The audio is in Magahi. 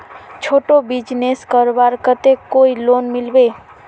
छोटो बिजनेस करवार केते कोई लोन मिलबे?